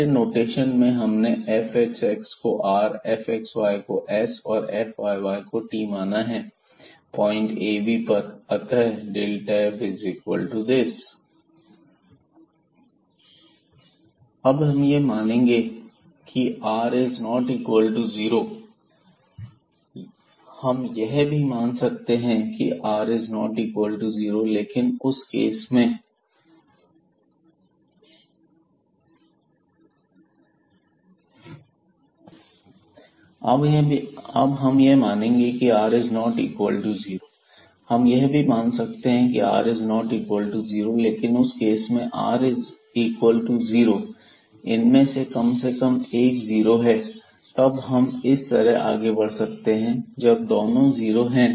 हमारे नोटेशन में हमने fxx को r fxy को s और fyy को t माना है पॉइंट ab पर अतः f12h2r2hksk2t अब हम यह मानेंगे की r≠0 हम यह भी मान सकते हैं की r≠0 लेकिन उस केस में r0 इनमें से कम से कम एक जीरो है तब हम इस तरह आगे बढ़ सकते हैं जब दोनों जीरो हैं